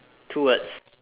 two words